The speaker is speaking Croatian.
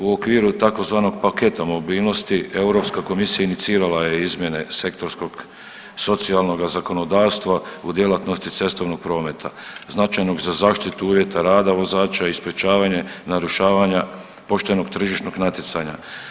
U okviru tzv. paketa mobilnosti, EK inicirala je izmjene sektorskog socijalnog zakonodavstva u djelatnosti cestovnog prometa, značajnog za zaštitu uvjeta rada vozača i sprječavanje narušavanja poštenog tržišnog natjecanja.